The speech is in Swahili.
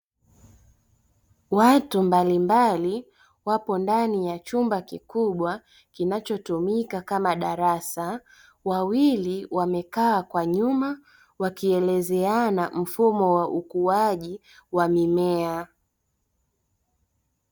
Watu mbalimbali wapo ndani ya chumba kikubwa kinachotumika kama darasa, wawili wamekaa kwa nyuma wakielezeana mfumo wa ukuaji wa mimea.